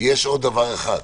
יש עוד דבר אחד,